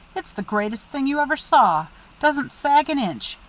it's the greatest thing you ever saw doesn't sag an inch.